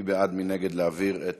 מי בעד ומי נגד להעביר לוועדת המדע את